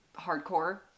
hardcore